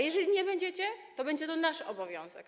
Jeżeli nie będziecie, to będzie to nasz obowiązek.